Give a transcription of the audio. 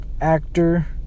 actor